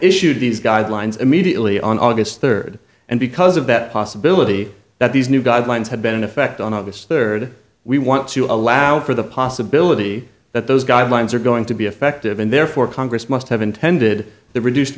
issued these guidelines immediately on august third and because of that possibility that these new guidelines had been in effect on august third we want to allow for the possibility that those guidelines are going to be effective and therefore congress must have intended the reduced